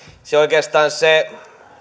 oikeastaan se